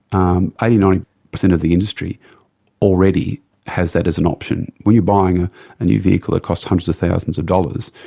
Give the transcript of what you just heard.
um ninety percent of the industry already has that as an option. when you're buying a new vehicle that costs hundreds of thousands of dollars,